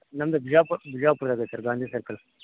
ನಮ್ದು ಬಿಜಾಪುರ್ ಬಿಜಾಪುರ್ ನಗರ sir Gandhi circle